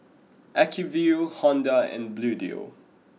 Acuvue Honda and Bluedio